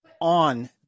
on